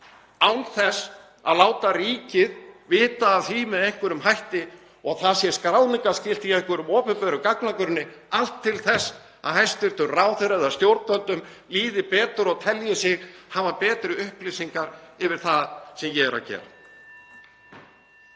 án þess að láta ríkið vita af því með einhverjum hætti og það sé skráningarskylt í einhverjum opinberum gagnagrunni, allt til þess að hæstv. ráðherra eða stjórnvöldum líði betur og telji sig hafa betri upplýsingar yfir það sem ég er að gera.